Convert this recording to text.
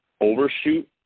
overshoot